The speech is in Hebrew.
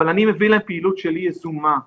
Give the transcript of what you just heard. אבל אני מביא להם פעילות יזומה שלי.